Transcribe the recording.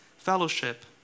fellowship